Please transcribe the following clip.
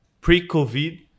pre-COVID